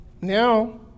now